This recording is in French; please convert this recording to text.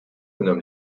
nomment